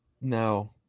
no